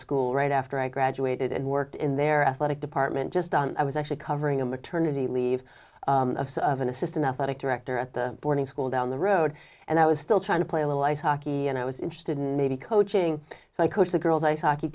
school right after i graduated and worked in their athletic department just on i was actually covering a maternity leave of sort of an assistant athletic director at the boarding school down the road and i was still trying to play a little ice hockey and i was interested in maybe coaching so i coach the girls i